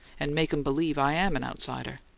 and make em believe i am an outsider.